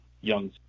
young